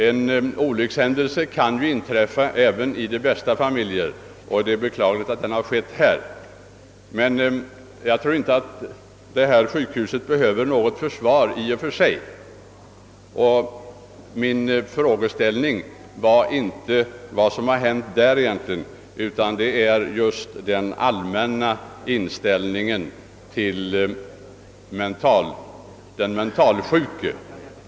En olyckshändelse kan ju inträffa även i de bästa familjer, och det är beklagligt att den hänt där, men jag tror inte att sjukhuset i och för sig behöver något försvar. Min fråga var egentligen inte föranledd av vad som hänt där, utan den gällde mera den allmänna inställningen till den mentalsjuke.